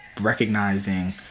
recognizing